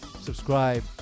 subscribe